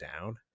down